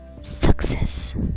success